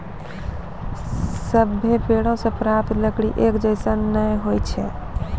सभ्भे पेड़ों सें प्राप्त लकड़ी एक जैसन नै होय छै